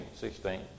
16